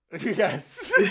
Yes